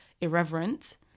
irreverent